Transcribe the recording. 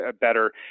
better